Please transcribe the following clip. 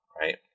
right